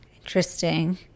Interesting